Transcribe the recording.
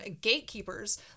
gatekeepers